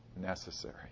necessary